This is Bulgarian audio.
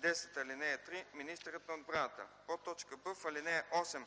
10, ал. 3 – министърът на отбраната”; б) в ал. 8